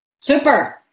Super